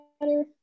better